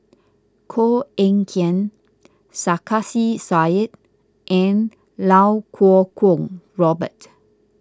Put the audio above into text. Koh Eng Kian Sarkasi Said and Iau Kuo Kwong Robert